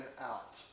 out